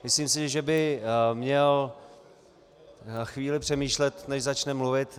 Myslím si, že by měl chvíli přemýšlet, než začne mluvit.